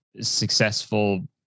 successful